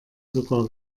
sogar